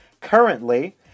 currently